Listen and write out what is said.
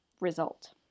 result